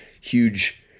huge